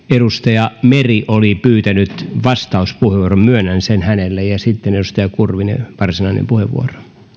edustaja meri oli pyytänyt vastauspuheenvuoron myönnän sen hänelle ja sitten edustaja kurvisen varsinainen puheenvuoro